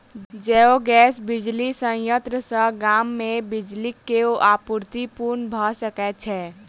जैव गैस बिजली संयंत्र सॅ गाम मे बिजली के आपूर्ति पूर्ण भ सकैत छै